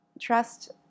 Trust